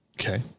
Okay